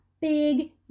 big